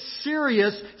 serious